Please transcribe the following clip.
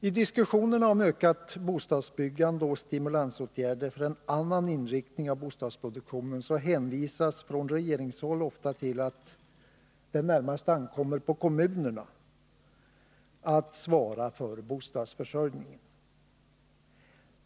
I diskussionerna om ökat bostadsbyggande och åtgärder för att stimulera en annan inriktning av bostadsproduktionen hänvisas från regeringshåll ofta till att det närmast ankommer på kommunerna att svara för bostadsförsörjningen.